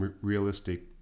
realistic